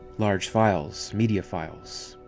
large files, media files.